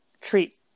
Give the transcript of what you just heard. treat